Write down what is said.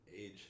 age